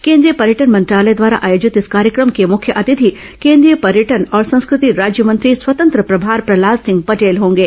केंद्रीय पर्यटन मंत्रालय द्वारा आयोजित इस कार्यक्रम के मुख्य अतिथि केंद्रीय पर्यटन और संस्कृति राज्यमंत्री स्वतंत्र प्रभार प्रहलाद सिंह पटेल होंगे